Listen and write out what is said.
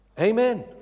Amen